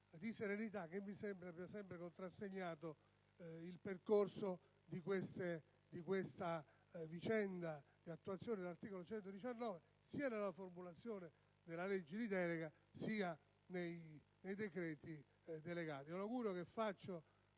di serenità che mi sembra abbia sempre contrassegnato il percorso relativo all'attuazione dell'articolo 119, sia nella formulazione della legge delega che nei decreti delegati.